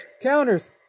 counters